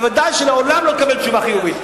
ודאי שלעולם לא תקבל תשובה חיובית.